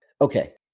Okay